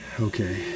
Okay